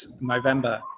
November